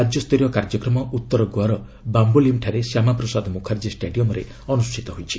ରାଜ୍ୟସ୍ତରୀୟ କାର୍ଯ୍ୟକ୍ରମ ଉତ୍ତର ଗୋଆର ବାମ୍ଘୋଲିମ୍ଠାରେ ଶ୍ୟାମାପ୍ରସାଦ ମୁଖାର୍ଜୀ ଷ୍ଟାଡିୟମ୍ରେ ଅନୁଷ୍ଠିତ ହୋଇଛି